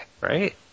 right